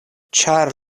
ĉar